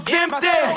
empty